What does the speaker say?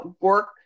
work